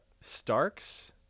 Starks